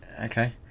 Okay